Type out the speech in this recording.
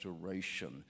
restoration